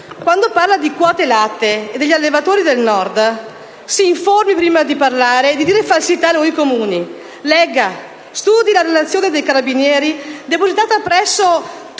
quando parla di quote latte e degli allevatori del Nord si informi prima di parlare, di dire falsità e luoghi comuni. Legga, studi la relazione dei carabinieri depositata presso tutte